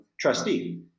trustee